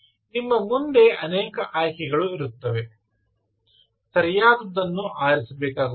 ನಿಮ್ಮ ಮುಂದೆ ಅನೇಕ ಆಯ್ಕೆಗಳು ಇರುತ್ತವೆ ಸರಿಯಾದನ್ನು ಆರಿಸಬೇಕಾಗುತ್ತದೆ